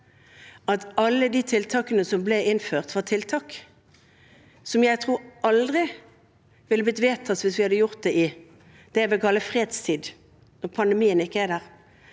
at alle de tiltakene som ble innført, var tiltak som jeg tror aldri ville blitt vedtatt hvis det hadde vært det jeg vil kalle fredstid, når pandemien ikke er der,